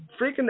freaking